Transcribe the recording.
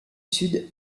sud